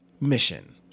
mission